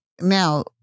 now